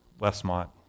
Westmont